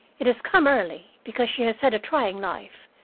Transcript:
it has come early, because she has had a trying life,